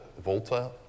Volta